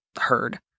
heard